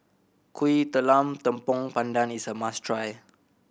Kuih Talam Tepong Pandan is a must try